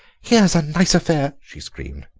here's a nice affair, she screamed,